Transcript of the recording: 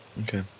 Okay